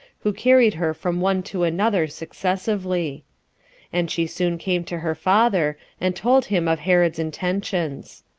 who carried her from one to another successively and she soon came to her father, and told him of herod's intentions.